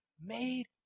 made